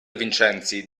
vincenzi